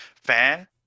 fan